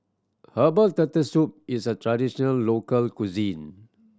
herbals Turtle Soup is a traditional local cuisine